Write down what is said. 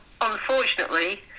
unfortunately